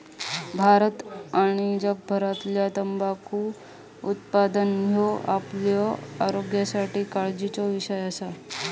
भारत आणि जगभरातील तंबाखू उत्पादन ह्यो आपल्या आरोग्यासाठी काळजीचो विषय असा